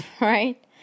right